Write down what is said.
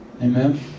Amen